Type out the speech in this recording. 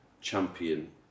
champion